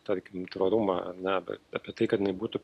tarkim tvarumą ar ne apie tai kad jinai būtų